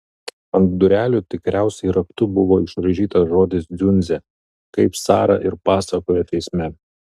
ant durelių tikriausiai raktu buvo išraižytas žodis dziundzė kaip sara ir pasakojo teisme